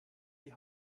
die